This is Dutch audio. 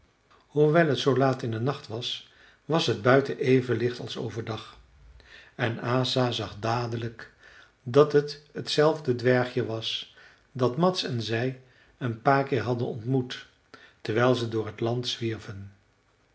hoewel het zoo laat in den nacht was was het buiten even licht als overdag en asa zag dadelijk dat het t zelfde dwergje was dat mads en zij een paar keer hadden ontmoet terwijl ze door t land zwierven